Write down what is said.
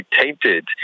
tainted